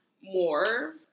more